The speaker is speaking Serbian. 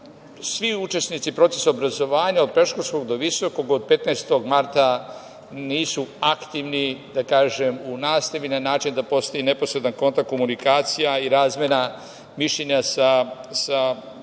Svi učesnici procesa obrazovanja od predškolskog do visokog od 15. marta nisu aktivni u nastavi, na način da postoji neposredan kontakt komunikacije i razmena mišljenja sa drugom